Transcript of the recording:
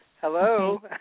Hello